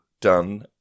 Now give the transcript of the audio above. done